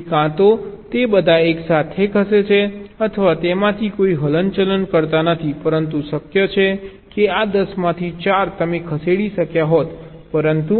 તેથી કાં તો તે બધા એકસાથે ખસે છે અથવા તેમાંથી કોઈ હલનચલન કરતા નથી પરંતુ શક્ય છે કે આ 10માંથી 4 તમે ખસેડી શક્યા હોત પરંતુ